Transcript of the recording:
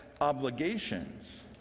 obligations